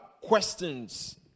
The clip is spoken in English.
questions